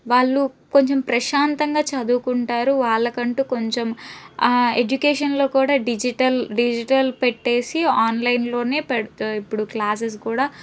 వాళ్ళు కొంచెం ప్రశాంతంగా చదువుకుంటారు వాళ్ళకంటు కొంచెం ఎడ్యుకేషన్లో కూడా డిజిటల్ డిజిటల్ పెట్టేసి ఆన్లైన్లోపెడతారు ఇప్పుడు క్లాసెస్ కూడా